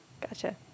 Gotcha